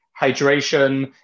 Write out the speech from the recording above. hydration